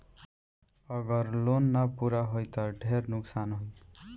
अगर लोन ना पूरा होई त ढेर नुकसान ना होई